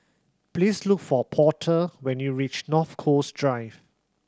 please look for Porter when you reach North Coast Drive